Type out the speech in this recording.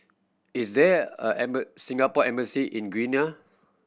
is there a Singapore Embassy in Guinea